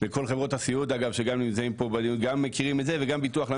וכל חברות הסיעוד אגב שגם נמצאים פה בדיון גם מכירים את זה,